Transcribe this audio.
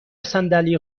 صندلی